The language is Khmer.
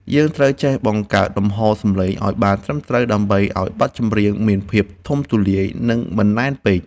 យើងត្រូវចេះបង្កើតលំហសំឡេងឱ្យបានត្រឹមត្រូវដើម្បីឱ្យបទចម្រៀងមានភាពធំទូលាយ និង មិនណែនពេក។